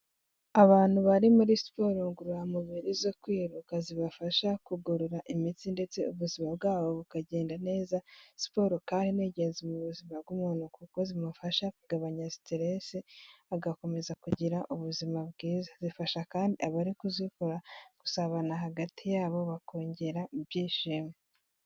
Abantu bari muri siporo ngororamubiri zo kwiruka zibafasha kugorora imitsi ndetse ubuzima bwabo bukagenda neza, siporo kandi n'ingenzi mu buzima bw'umuntu kuko zimufasha kugabanya siterese, agakomeza kugira ubuzima bwiza. Zifasha kandi abari kuzikora gusabana hagati yabo bakongera ibyishimo.